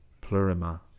plurima